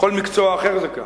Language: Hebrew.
בכל מקצוע אחר זה כך.